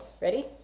Ready